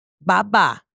baba